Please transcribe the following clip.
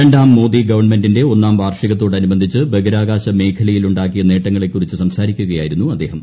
രണ്ടാം മോദി ഗവൺമെന്റിന്റെ ഒന്നാം വാർഷികത്തോട് അനുബന്ധിച്ച് ബഹിരാകാശമേഖലയിൽ ഉണ്ടാക്കിയ നേട്ടങ്ങളെക്കുറിച്ച് സംസാരിക്കുകയായിരുന്നു അദ്ദേഹം